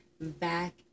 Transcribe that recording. back